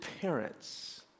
parents